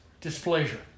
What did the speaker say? displeasure